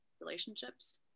relationships